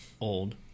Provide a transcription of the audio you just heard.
old